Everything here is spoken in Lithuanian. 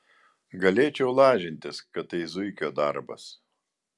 galėčiau lažintis kad tai zuikio darbas